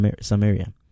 Samaria